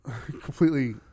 completely